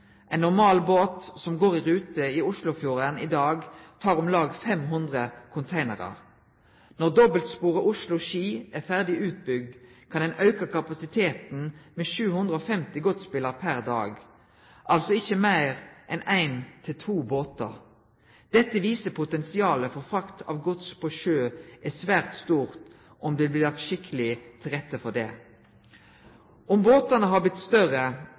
Ein normal båt som går i rute i Oslofjorden i dag, tek om lag 500 containerar. Når dobbeltsporet Oslo–Ski er ferdig utbygt, kan ein auke kapasiteten med 750 godsbilar per dag – altså ikkje meir enn ein–to båtar. Dette viser at potensialet for frakt av gods på sjø er svært stort om det blir lagt skikkeleg til rette for det. Om båtane har blitt større,